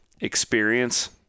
experience